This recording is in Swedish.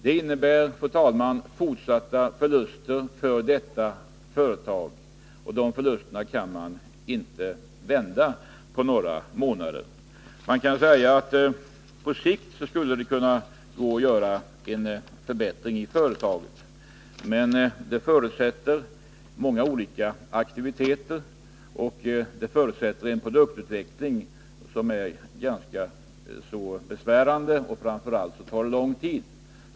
Det innebär fortsatta förluster för företaget. Och de förlusterna kan inte vändas på några månader. Man kan säga att det på sikt skulle kunna gå att göra en förbättring inom företaget, men det förutsätter många olika aktiviteter, och det förutsätter en produktutveckling som är ganska besvärande och framför allt tar lång tid.